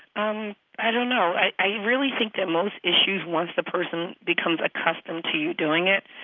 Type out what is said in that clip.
um i don't know. i really think that most issues, once the person becomes accustomed to you doing it,